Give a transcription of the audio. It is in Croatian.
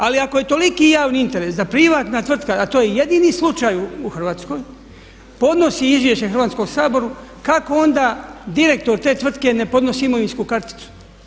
Ali ako je toliki javni interes da privatna tvrtka, a to je jedini slučaj u Hrvatskoj podnosi izvješće Hrvatskom saboru kako onda direktor te tvrtke ne podnosi imovinsku karticu.